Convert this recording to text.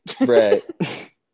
Right